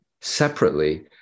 separately